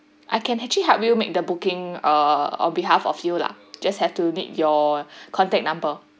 I can actually help you make the booking err on behalf of you lah just have to need your contact number